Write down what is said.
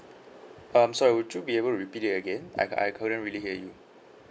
um sorry would you be able to repeat it again I I couldn't really hear you